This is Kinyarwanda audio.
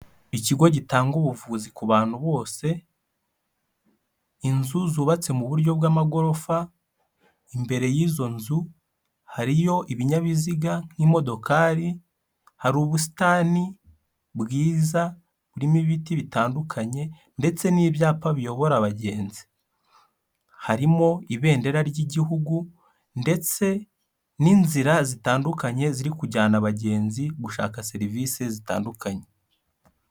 Ikigo gitanga ubuvuzi ku bantu bose, inzu zubatse mu buryo bw'amagorofa, imbere y'izo nzu hariyo ibinyabiziga nk'imodokari, hari ubusitani bwiza burimo ibiti bitandukanye, ndetse n'ibyapa biyobora abagenzi. Harimo ibendera ry'igihugu, ndetse n'inzira zitandukanye ziri kujyana abagenzi gushaka serivisi zitandukanye.